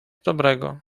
dobrego